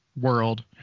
World